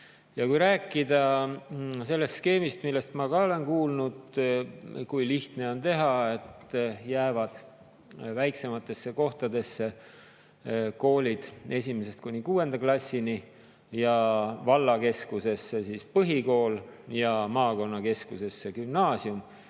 Kui rääkida sellest skeemist, millest ma olen kuulnud, kui lihtne on teha, et jäävad väiksematesse kohtadesse koolid esimesest kuni kuuenda klassini, vallakeskusesse põhikool ja maakonnakeskusesse gümnaasium,